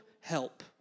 help